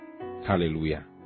Hallelujah